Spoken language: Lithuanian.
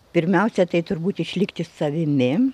pirmiausia tai turbūt išlikti savimi